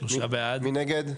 מי נגד?